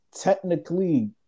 technically